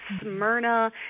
Smyrna